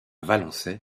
valençay